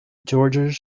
georges